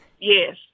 Yes